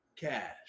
Cash